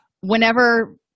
whenever